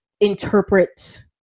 interpret